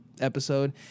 episode